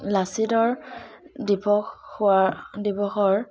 লাচিতৰ দিৱস হোৱাৰ দিৱসৰ